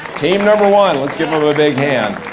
team number one. let's give them a big hand.